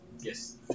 Yes